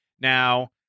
now